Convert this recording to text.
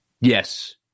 Yes